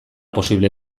posible